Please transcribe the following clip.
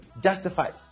justifies